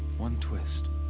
one twist.